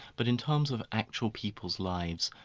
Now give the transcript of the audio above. but in terms of actual people's lives,